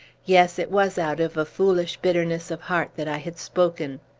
yes, it was out of a foolish bitterness of heart that i had spoken.